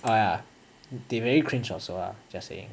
oh ya they very cringe also ah just saying